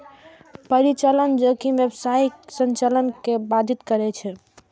परिचालन जोखिम व्यावसायिक संचालन कें बाधित करै छै